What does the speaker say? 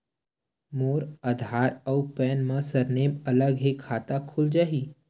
मोर आधार आऊ पैन मा सरनेम अलग हे खाता खुल जहीं?